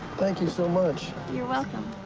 thank you so much. you're welcome.